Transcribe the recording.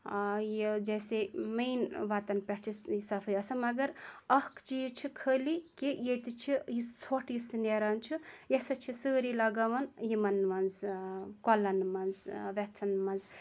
آ یہِ جیسے مین وَتَن پیٚٹھ چھِ صفٲیی آسان مَگر اَکھ چیٖز چھُ خٲلی کہِ ییٚتہِ چھِ یہِ ژھوٚٹھ یُس نیران چھُ یہِ ہَسا چھِ سٲری لَگاوان یِمَن مَنٛز کۄلَن مَنٛز وٮ۪تھَن مَنٛز